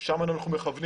לשם אנחנו מכוונים.